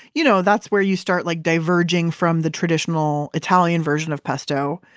you know that's where you start like diverging from the traditional italian version of pesto,